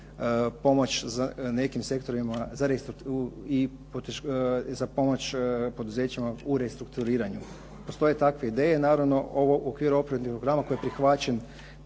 pomoć nekim sektorima za pomoć poduzećima u restrukturiranju. Postoje takve ideje naravno. Ovo u okviru operativnog programa koji je prihvaćen